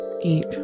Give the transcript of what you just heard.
eat